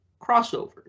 crossovers